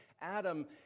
Adam